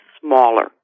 smaller